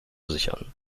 sichern